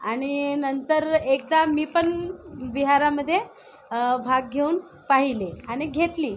आणि नंतर एकदा मी पण विहारामध्ये भाग घेऊन पाहिले आणि घेतली